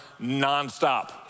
nonstop